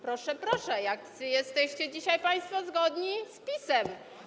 Proszę, proszę, jacy jesteście dzisiaj państwo zgodni z PiS-em.